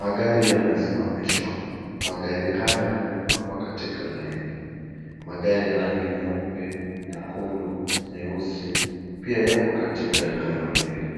Magari yamesimamishwa. Magari haya yamepangwa katika laini. Magari ya rangi nyeupe, nyekundu, nyeusi pia yako katika eneo hili.